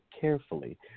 carefully